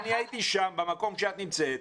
אני הייתי במקום שאת נמצאת,